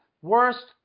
worst